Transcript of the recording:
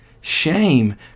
Shame